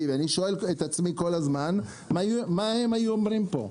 ואני שואל את עצמי כל הזמן מה הם היו אומרים פה,